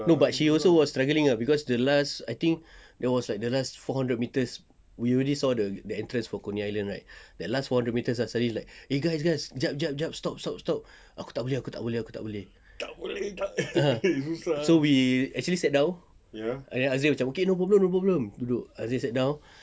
no but she also was struggling ah cause the last I think there was like four hundred metres we already saw the the entrance for coney island right that last four hundred metres suddenly like eh guys guys sekejap sekejap sekejap stop stop stop aku tak boleh aku tak boleh ah so we actually sat down and azil macam okay no problem no problem duduk